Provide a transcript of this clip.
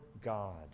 God